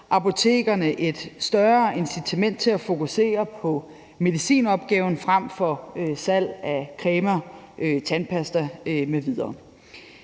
apotekerne et større incitament til at fokusere på medicinopgaven frem for på salg af cremer, tandpasta m.v.